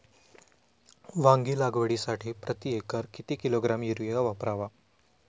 वांगी लागवडीसाठी प्रती एकर किती किलोग्रॅम युरिया वापरावा?